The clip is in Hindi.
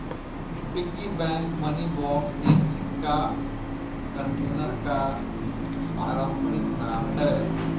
पिग्गी बैंक मनी बॉक्स एक सिक्का कंटेनर का पारंपरिक नाम है